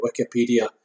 wikipedia